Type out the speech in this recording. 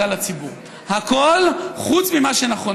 הציבור רוצה להבין שיש בבית מי הזה שנלחם